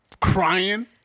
Crying